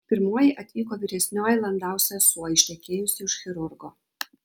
pirmoji atvyko vyresnioji landau sesuo ištekėjusi už chirurgo